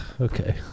Okay